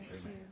Amen